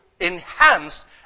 enhance